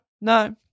no